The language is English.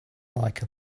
like